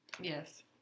Yes